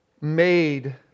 made